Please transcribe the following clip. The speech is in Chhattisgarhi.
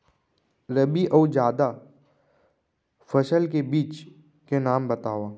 रबि अऊ जादा फसल के बीज के नाम बताव?